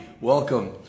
Welcome